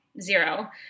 Zero